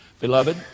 Beloved